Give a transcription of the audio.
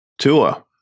Tua